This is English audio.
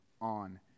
on